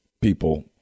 people